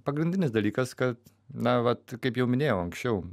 pagrindinis dalykas kad na vat kaip jau minėjau anksčiau